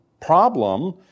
problem